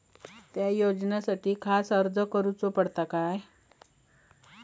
त्या योजनासाठी खास अर्ज करूचो पडता काय?